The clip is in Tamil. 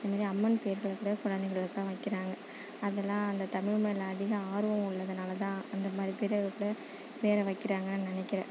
இந்த மாரி அம்மன் பேர்களை கூட குழந்தைகளுக்கு தான் வைக்கிறாங்க அதெலாம் அந்த தமிழ் மேலே அதிக ஆர்வம் உள்ளதுனால் தான் அந்த மாதிரி பேர்களை கூட பேரை வைக்கிறாங்கன் நினைக்கிறேன்